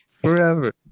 forever